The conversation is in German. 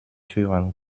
türen